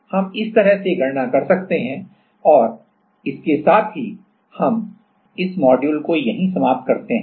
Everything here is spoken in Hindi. तो हम इस तरह से गणना कर सकते हैं और इसके साथ ही हम इस मॉड्यूल को बंद करते हैं